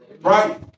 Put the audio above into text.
right